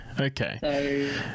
okay